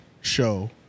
show